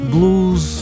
Blues